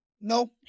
no